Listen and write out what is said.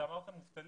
אתה אמרת מובטלים.